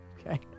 Okay